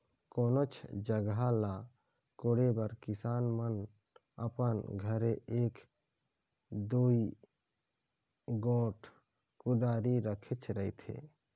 कोनोच जगहा ल कोड़े बर किसान मन अपन घरे एक दूई गोट कुदारी रखेच रहथे